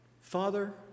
Father